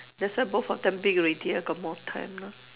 that's why both of them big already I got more time lah